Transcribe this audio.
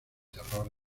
terror